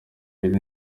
ibiri